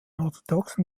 orthodoxen